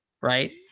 right